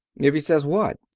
if he says what?